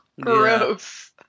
gross